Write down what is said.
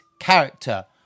character